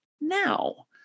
now